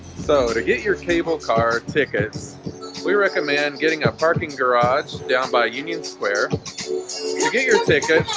so to get your cable car tickets we recommend getting a parking garage down by union square you get your ticket?